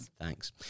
Thanks